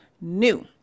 new